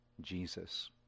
Jesus